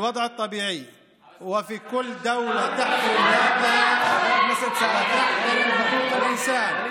במצב נורמלי ובכל מדינה שמכבדת את עצמה ומכבדת את זכויות האדם,